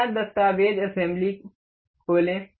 नया दस्तावेज़ असेंबली खोलें